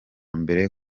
mbere